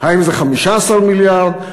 האם זה 15 מיליארד,